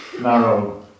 narrow